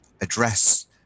address